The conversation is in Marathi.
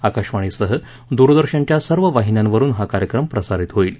आकाशवाणीसह दूरदर्शनच्या सर्व वाहिन्यांवरून हा कार्यक्रम प्रसारित होईल